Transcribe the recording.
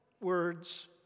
words